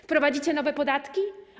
Wprowadzicie nowe podatki?